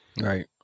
Right